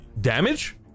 Damage